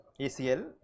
ACL